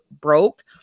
broke